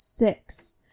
Six